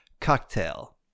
Cocktail